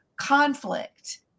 conflict